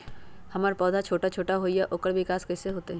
हमर पौधा छोटा छोटा होईया ओकर विकास कईसे होतई?